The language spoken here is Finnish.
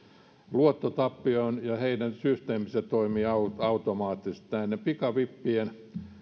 luottotappion ja heidän systeeminsä toimii automaattisesti näiden pikavippien